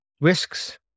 risks